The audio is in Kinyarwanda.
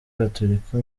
gatolika